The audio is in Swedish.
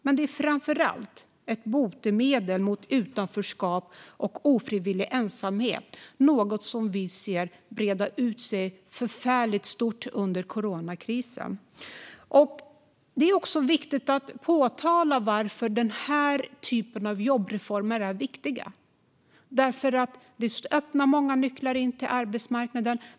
Men det är framför allt ett botemedel mot utanförskap och ofrivillig ensamhet. Det är något som vi ser breda ut sig förfärligt stort under coronakrisen. Det är viktigt att påtala varför den här typen av jobbreformer är viktig. Det ger många nycklar in till arbetsmarknaden.